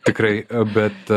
tikrai bet